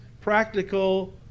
practical